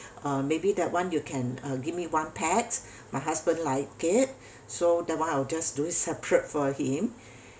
uh maybe that one you can give me one pax my husband like it so that one I'll do separate for him